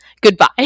Goodbye